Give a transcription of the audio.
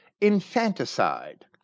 infanticide